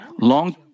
long